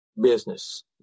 business